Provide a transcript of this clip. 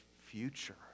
future